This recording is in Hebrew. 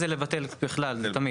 כרגע זה לבטל לתמיד.